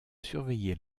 surveillé